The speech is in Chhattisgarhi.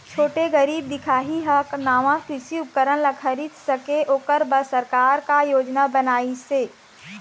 छोटे गरीब दिखाही हा नावा कृषि उपकरण ला खरीद सके ओकर बर सरकार का योजना बनाइसे?